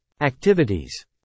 Activities